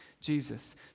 Jesus